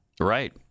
right